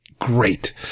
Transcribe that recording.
Great